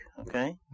Okay